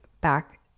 back